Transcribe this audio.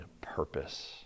purpose